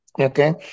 okay